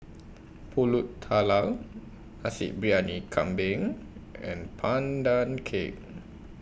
Pulut Tatal Nasi Briyani Kambing and Pandan Cake